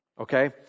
okay